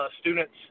students